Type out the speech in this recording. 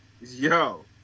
Yo